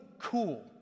cool